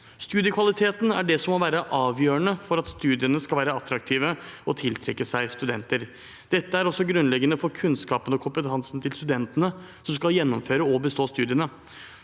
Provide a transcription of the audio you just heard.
Studiekvaliteten er det som må være avgjørende for at studiene skal være attraktive og tiltrekke seg studenter. Dette er også grunnleggende for kunnskapen og kompetansen til studentene som skal gjennomføre og bestå studiene.